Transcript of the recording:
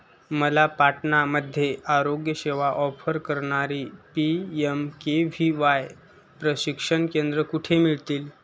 मला पाटणामध्ये आरोग्यसेवा ऑफर करणारी P M K V Y प्रशिक्षण केंद्रे कुठं मिळतील